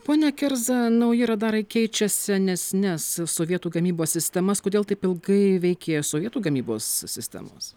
pone kerza nauji radarai keičia senesnes sovietų gamybos sistemas kodėl taip ilgai veikė sovietų gamybos sistemos